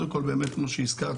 אני מזהיר שדווקא בחיפה,